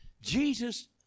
Jesus